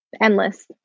endless